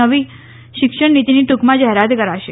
નવી શિક્ષણ નીતિની ટૂંકમાં જાહેરાત કરાશે